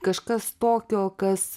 kažkas tokio kas